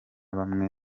bamwe